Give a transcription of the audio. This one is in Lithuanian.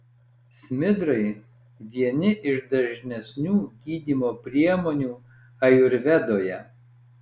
smidrai vieni iš dažnesnių gydymo priemonių ajurvedoje